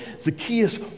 Zacchaeus